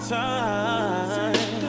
time